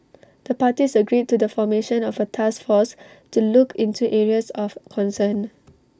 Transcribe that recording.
the parties agreed to the formation of A task force to look into areas of concern